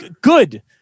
good